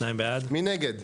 הצבעה בעד, 2 נגד,